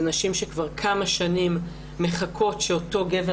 אלה נשים שכבר כמה שנים מחכות שאותו גבר